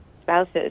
spouses